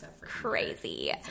Crazy